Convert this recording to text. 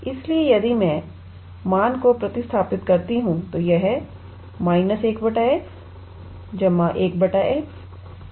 इसलिए यदि मैं मान को प्रतिस्थापित करती हूं तो यह 1x 1x 1 −1 होगा